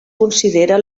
considera